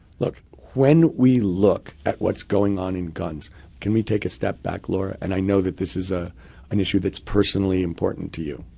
look, when we look at what's going on in guns can we take a step back, laura? and i know that this is ah an issue that's personally important to you.